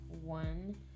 one